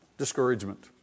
Discouragement